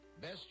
best